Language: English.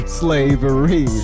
slavery